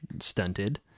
stunted